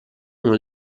uno